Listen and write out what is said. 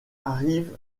arrive